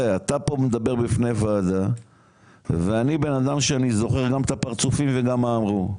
אתה מדבר בפני ועדה ואני בן אדם שזוכר גם את הפרצופים וגם מה אמרו.